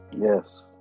Yes